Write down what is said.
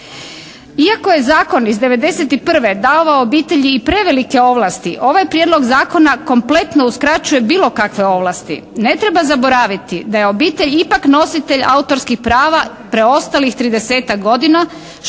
Iako je zakon iz '91. davao obitelji i prevelike ovlasti ovaj Prijedlog zakona kompletno uskraćuje bilo kakve ovlasti. Ne treba zaboraviti da je obitelj ipak nositelj autorskih prava preostalih 30-tak godina što